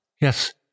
yes